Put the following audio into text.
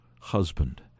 Husband